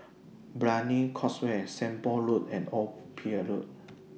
Brani Causeway Seng Poh Road and Old Pier Road